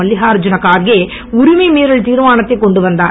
மல்லிகார்ஜுன் கார்கே உரிமை மீறல் திர்மானத்தை கொண்டு வந்தார்